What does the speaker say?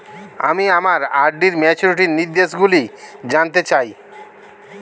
আমি আমার আর.ডি র ম্যাচুরিটি নির্দেশগুলি জানতে চাই